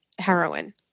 heroin